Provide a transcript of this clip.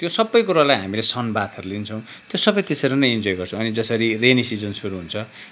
त्यो सबै कुरोलाई हामीले सनबाथहरू लिन्छौँ त्यो सबै त्यसरी नै इन्जोय गर्छौँ अनि जसरी रेनी सिजन सुरु हुन्छ